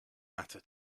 matter